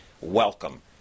Welcome